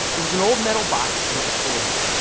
it was an old metal box, and it was full of money.